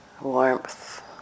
warmth